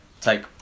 take